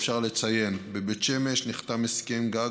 אפשר לציין: בבית שמש נחתם הסכם גג